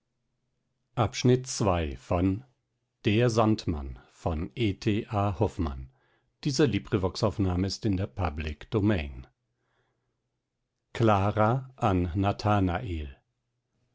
nur an nathanael